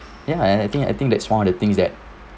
ya and I think I think that's one of the things that